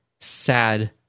sad